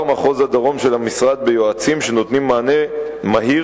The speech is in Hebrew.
מחוז הדרום של המשרד ביועצים שנותנים מענה מהיר,